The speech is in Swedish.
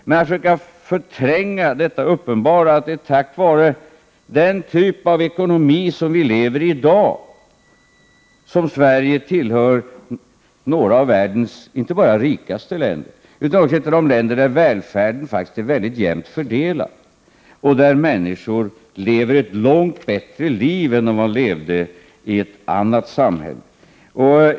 Men att försöka förtränga detta uppenbara, att det är tack vare den typ av ekonomi som vi i dag lever i som Sverige inte bara tillhör världens rikaste länder, utan också är ett land där välfärden faktiskt är mycket jämnt fördelad och där människor lever ett långt bättre liv än om de levde i ett annat samhälle.